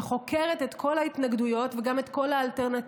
שחוקרת את כל ההתנגדויות וגם את כל האלטרנטיבות,